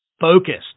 focused